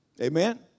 Amen